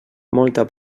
molta